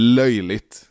löjligt